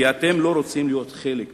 כי אתם לא רוצים להיות חלק מהאזור.